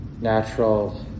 natural